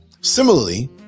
Similarly